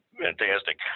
Fantastic